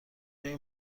این